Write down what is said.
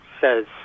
says